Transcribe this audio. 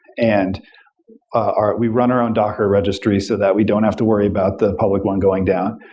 and ah we run around docker registry so that we don't have to worry about the public one going down.